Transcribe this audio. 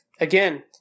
again